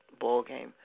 ballgame